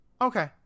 Okay